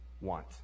want